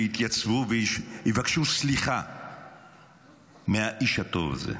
שיתייצבו ויבקשו סליחה מהאיש הטוב הזה.